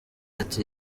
ati